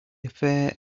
affair